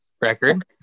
record